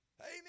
Amen